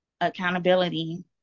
accountability